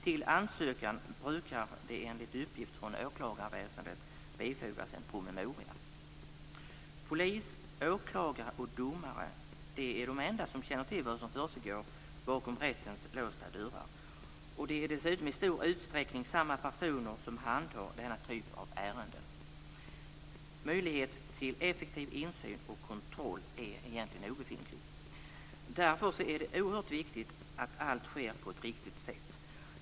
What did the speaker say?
Till ansökan brukar det enligt uppgift från åklagarväsendet bifogas en promemoria. Polis, åklagare och domare är de enda som känner till vad som försiggår bakom rättens låsta dörrar. Det är dessutom i stor utsträckning samma personer som handhar denna typ av ärenden. Möjligheten till effektiv insyn och kontroll är obefintlig. Därför är det oerhört viktigt att allt sker på ett riktigt sätt.